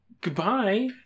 goodbye